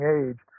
age